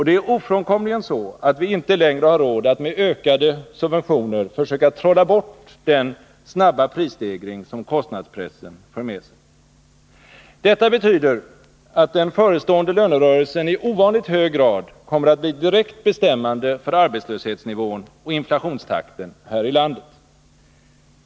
Det är ofrånkomligen så att vi inte längre har råd att med ökade subventioner försöka trolla bort den snabba prisstegring som kostnadspressen för med sig. Detta betyder att den förestående lönerörelsen i ovanligt hög grad kommer att bli direkt bestämmande för arbetslöshetsnivån och inflationstakten här i landet.